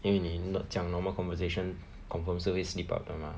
因为你讲 normal conversation confirm 是会 slip up 的 mah